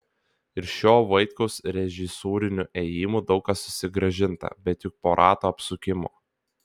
ir šiuo vaitkaus režisūriniu ėjimu daug kas susigrąžinta bet juk po rato apsukimo